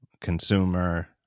consumer